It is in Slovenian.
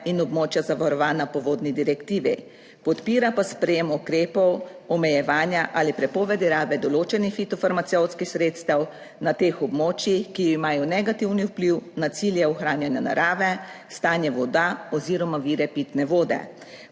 in območja zavarovana po vodni direktivi. Podpira pa sprejem ukrepov omejevanja ali prepovedi rabe določenih fitofarmacevtskih sredstev na teh območjih, ki imajo negativni vpliv na cilje ohranjanja narave, **15. TRAK: (SC) –